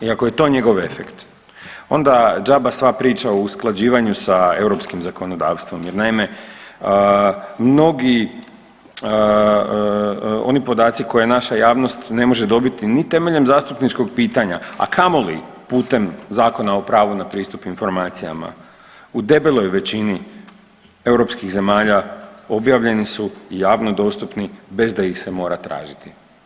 I ako je to njegov efekt onda đaba sva priča o usklađivanju sa europskim zakonodavstvom jer naime mnogi oni podaci koje naša javnost ne može dobiti ni temeljem zastupničkog pitanja, a kamoli putem Zakona o pravu na pristup informacijama u debeloj većini europskih zemalja objavljeni su i javno dostupni bez da ih se mora tražiti.